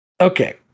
Okay